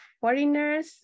foreigners